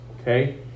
okay